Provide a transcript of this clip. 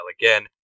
again